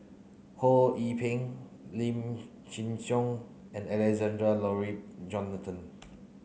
Ho Yee Ping Lim Chin Siong and Alexander Laurie Johnston